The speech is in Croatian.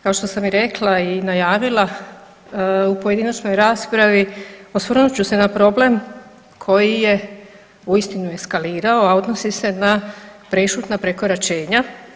Kao što sam i rekla i najavila, u pojedinačnoj raspravi, osvrnut će se na problem koji je uistinu eskalirao, a odnosi se na prešutna prekoračenja.